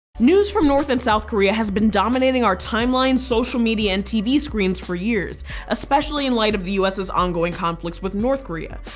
news from north and south korea has been dominating our timelines, social media, and tv screens for years especially in light of the us's ongoing conflicts with north korea.